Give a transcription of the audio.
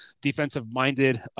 defensive-minded